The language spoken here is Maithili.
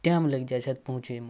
टाइम लागि जाइ छथि पहुँचैमे